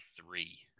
three